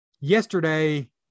yesterday